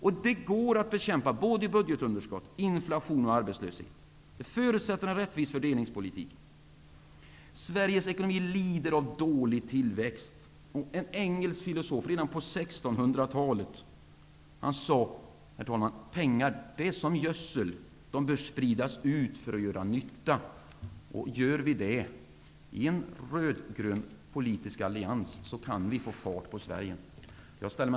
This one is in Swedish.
Men det går att bekämpa såväl budgetunderskott som inflation och arbetslöshet. Det förutsätter dock en rättvis fördelningspolitik. Sveriges ekonomi lider av dålig tillväxt. Redan på 1600-talet sade en engelsk filosof: Pengar är som gödsel. De bör spridas ut för att göra nytta. Gör vi det i en rödgrön politisk allians, kan vi få fart på Sverige. Herr talman!